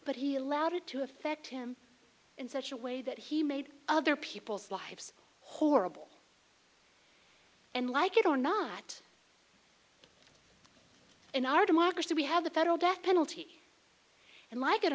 but he allowed it to affect him in such a way that he made other people's lives horrible and like it or not in our democracy we have the federal death penalty and like it